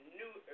new